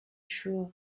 sure